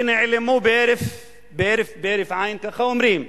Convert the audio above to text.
שנעלמו בהרף עין, ככה אומרים?